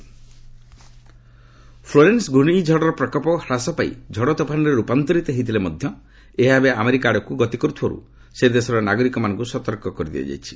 hurricane Florence Florence ଘ୍ରର୍ଷିଝଡ଼ର ପ୍ରକୋପ ହ୍ରାସପାଇ ଝଡ଼ତୋଫାନରେ ରୂପାନ୍ତରିତ ହୋଇଥିଲେ ମଧ୍ୟ ଏହା ଏବେ ଆମେରିକା ଆଡ଼କୁ ଗତିକରୁଥିବାରୁ ସେ ଦେଶର ନାଗରିକମାନଙ୍କୁ ସତର୍କ କରିଦିଆଯାଇଛି